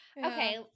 Okay